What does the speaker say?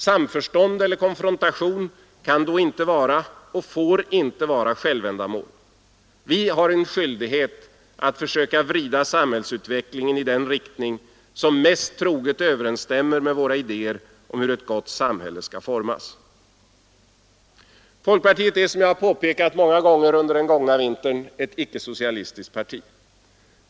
Samförstånd eller konfrontation kan då inte vara och Den ekonomiska får inte vara självändamål. Vi har en skyldighet att försöka vrida samhällsutvecklingen i den riktning som mest troget överensstämmer med våra idéer om hur ett gott samhälle skall formas. Folkpartiet är, som jag har påpekat många gånger under den gångna vintern, ett icke-socialistiskt parti.